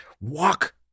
walk